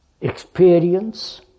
Experience